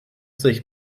sich